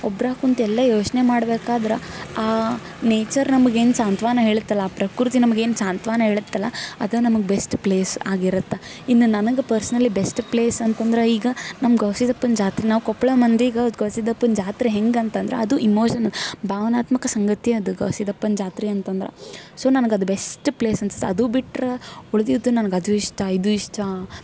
ಒಬ್ರು ಕುಂತು ಎಲ್ಲ ಯೋಚನೆ ಮಾಡ್ಬೇಕಾದ್ರೆ ಆ ನೇಚರ್ ನಮ್ಗೆ ಹೆಂಗೆ ಸಾಂತ್ವನ ಹೇಳುತ್ತೆ ಅಲ್ಲ ಆ ಪ್ರಕೃತಿ ನಮ್ಗೆ ಏನು ಸಾಂತ್ವನ ಹೇಳುತ್ತೆ ಅಲ್ಲ ಅದು ನಮಗೆ ಬೆಸ್ಟ್ ಪ್ಲೇಸ್ ಆಗಿರುತ್ತೆ ಇನ್ನೂ ನನಗೆ ಪರ್ಸ್ನಲಿ ಬೆಸ್ಟ್ ಪ್ಲೇಸ್ ಅಂತಂದ್ರೆ ಈಗ ನಮ್ಮ ಗವಿ ಸಿದ್ಧಪ್ಪನ ಜಾತ್ರೆ ನಾವು ಕೊಪ್ಪಳ ಮಂದಿಗೆ ಅದು ಗವಿ ಸಿದ್ಧಪ್ಪನ ಜಾತ್ರೆ ಹೆಂಗಂತಂದ್ರೆ ಅದು ಇಮೋಷನ್ ಭಾವನಾತ್ಮಕ ಸಂಗತಿ ಅದು ಗವಿ ಸಿದ್ಧಪ್ಪನ ಜಾತ್ರೆ ಅಂತಂದ್ರೆ ಸೊ ನನ್ಗೆ ಅದು ಬೆಸ್ಟ್ ಪ್ಲೇಸ್ ಅನ್ಸುತ್ತೆ ಅದು ಬಿಟ್ರೆ ಉಳ್ದಿದ್ದ ನಂಗೆ ಅದು ಇಷ್ಟ ಇದು ಇಷ್ಟ